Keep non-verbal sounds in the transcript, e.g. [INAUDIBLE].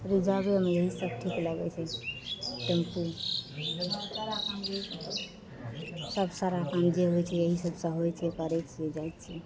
रिजर्बेमे यही सभ ठीक लगय छै टेम्पू [UNINTELLIGIBLE] सभ सारा अपन जे होइ छै यही सभसँ होइ छै से करय छियै जाइ छी